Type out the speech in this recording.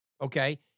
okay